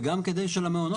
וגם כדי שהמעונות,